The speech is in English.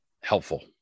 helpful